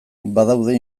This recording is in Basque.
badaude